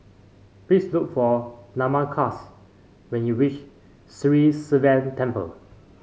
please look for Lamarcus when you reach Sri Sivan Temple